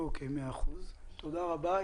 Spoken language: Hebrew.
תודה רבה.